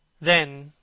Then